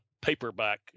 paperback